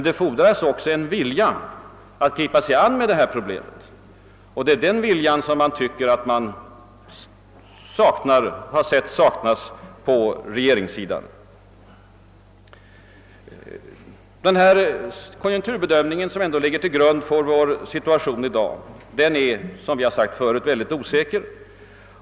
Det fordras emellertid en vilja att gripa sig an med problemet, och det är den viljan vi tycker oss sakna på regeringssidan. Den konjunkturbedömning som ligger till grund för vår situation i dag är, som jag nämnt, mycket osäker.